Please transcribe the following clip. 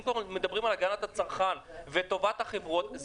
אם כבר מדברים על הגנת הצרכן וטובת החברות,